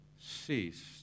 ceased